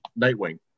nightwing